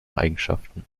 eigenschaften